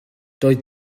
doedd